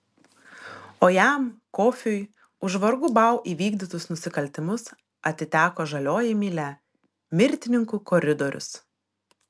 o jam kofiui už vargu bau įvykdytus nusikaltimus atiteko žalioji mylia mirtininkų koridorius